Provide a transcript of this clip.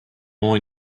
more